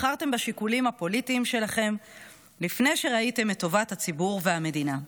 בחרתם בשיקולים הפוליטיים שלכם לפני שראיתם את טובת הציבור והמדינה.